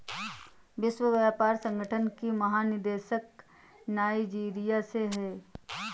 विश्व व्यापार संगठन की महानिदेशक नाइजीरिया से है